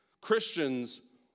Christians